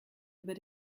über